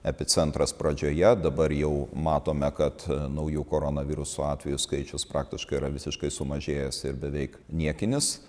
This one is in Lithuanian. epicentras pradžioje dabar jau matome kad naujų koronaviruso atvejų skaičius praktiškai yra visiškai sumažėjęs ir beveik niekinis